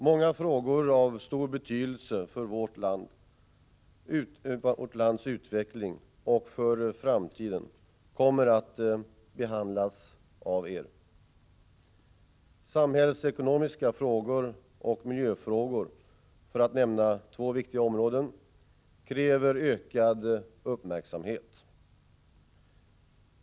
Många frågor av stor betydelse för vårt lands utveckling och för framtiden kommer att behandlas av Eder. Samhällsekonomiska frågor och miljöfrågor, för att nämna två viktiga områden, kräver ökad uppmärksamhet.